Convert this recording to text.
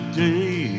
day